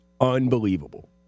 unbelievable